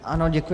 Ano, děkuji.